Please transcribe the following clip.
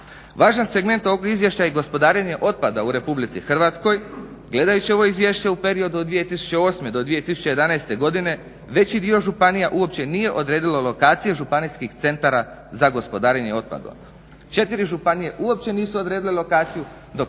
Važan segment ovog izvješća je i gospodarenje otpada u RH. Gledajući ovo izvješće u periodu od 2008. do 2011. godine veći dio županija uopće nije odredilo lokacije županijskih centara za gospodarenje otpadom. 4 županije uopće nisu odredile lokaciju dok